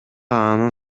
анын